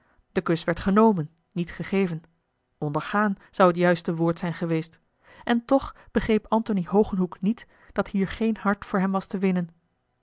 de kus werd genomen niet gegeven ondergaan zou juiste woord zijn geweest en toch begreep antony hogenhoeck niet dat hier geen hart voor hem was te winnen